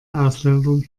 ausländern